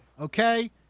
Okay